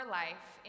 life